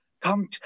Come